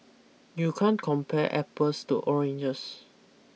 you can't compare apples to oranges